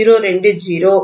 020 0